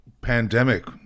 pandemic